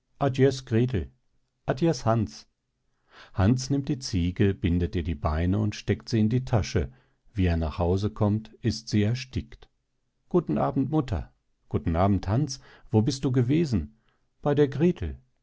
adies hans hans nimmt die ziege bindet ihr die beine und steckt sie in die tasche wie er nach haus kommt ist sie erstickt guten abend mutter guten abend hans wo bist du gewesen bei der grethel